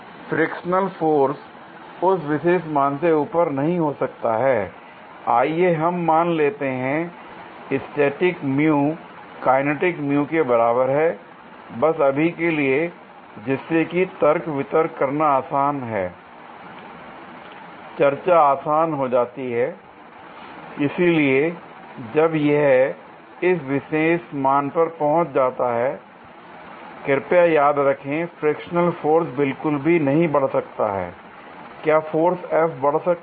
frictional force उस विशेष मान से ऊपर नहीं हो सकता है आइए हम मान लेते हैं स्टैटिक काइनेटिक के बराबर है l बस अभी के लिए जिससे कि तर्क वितर्क आसान है चर्चा आसान हो जाती है l इसलिए जब यह इस विशेष मान पर पहुंच जाता है कृपया याद रखें फ्रिक्शनल फोर्स बिल्कुल भी नहीं बढ़ सकता हैl क्या फोर्स F बढ़ सकता है